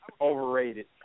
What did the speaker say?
overrated